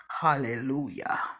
Hallelujah